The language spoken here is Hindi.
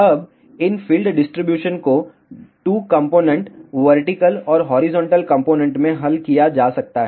अब इन फील्ड डिस्ट्रीब्यूशन को 2 कंपोनेंट वर्टिकल और हॉरिजॉन्टल कंपोनेंट में हल किया जा सकता है